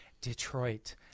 Detroit